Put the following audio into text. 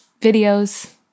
videos